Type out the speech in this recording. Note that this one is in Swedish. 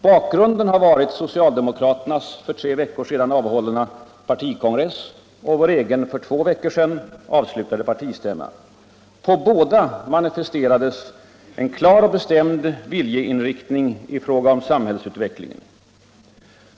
Bakgrunden har varit socialdemokraternas för tre veckor sedan avhållna partikongress och vår egen för två veckor sedan avslutade partistämma. På båda manifesterades en klar och bestämd viljeinriktning i fråga om samhällsutvecklingen.